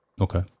Okay